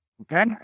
Okay